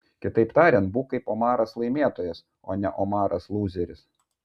kitaip tariant būk kaip omaras laimėtojas o ne omaras lūzeris